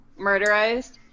murderized